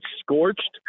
scorched